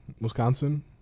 Wisconsin